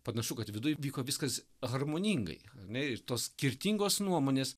panašu kad viduj vyko viskas harmoningai ar ne ir tos skirtingos nuomonės